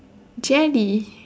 jelly